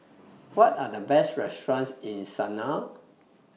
What Are The Best restaurants in Sanaa